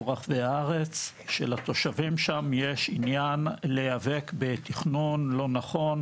רחבי הארץ כשלתושבים שם יש עניין להיאבק בתכנון לא נכון,